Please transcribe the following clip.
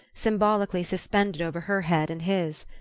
symbolically suspended over her head and his.